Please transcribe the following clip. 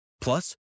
Plus